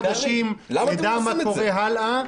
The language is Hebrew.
קרעי, למה אתם לא עושים את זה?